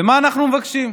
ומה אנחנו מבקשים?